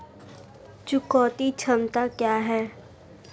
चुकौती क्षमता क्या है?